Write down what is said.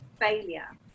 failure